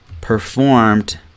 Performed